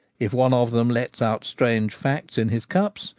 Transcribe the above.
if one of them lets out strange facts in his cups,